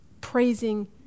praising